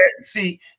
see